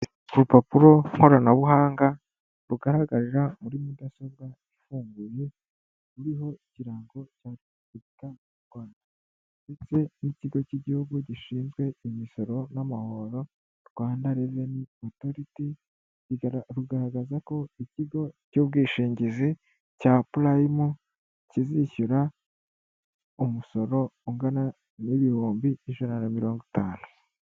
Urupapuro nkoranabuhanga rugaragarira muri mudasobwa ifunguye, ruriho ikirango cya leta y'u Rwanda ndetse n'ikigo cy'igihugu gishinzwe imisoro n'amahoro Rwanda Revenue Authority rugaragaza ko ikigo cy'ubwishingizi cya Prime kizishyura umusoro ungana n'ibihumbi ijana na mirongo itanu.